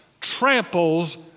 tramples